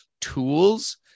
tools